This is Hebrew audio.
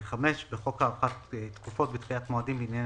5. בחוק הארכת תקופות ודחיית מועדים בענייני